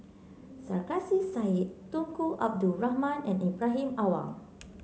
Sarkasi Said Tunku Abdul Rahman and Ibrahim Awang